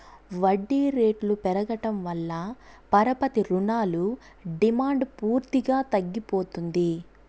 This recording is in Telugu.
వడ్డీ రేట్లు పెరగడం వల్ల పరపతి రుణాల డిమాండ్ పూర్తిగా తగ్గిపోతుంది